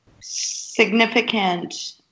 significant